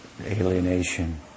alienation